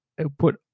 output